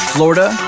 Florida